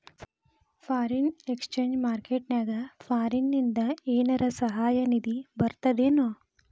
Foreign exchange market ನ್ಯಾಗ ಫಾರಿನಿಂದ ಏನರ ಸಹಾಯ ನಿಧಿ ಬರ್ತದೇನು?